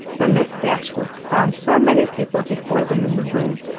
the miss dashwoods found so many people before them in the room,